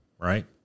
Right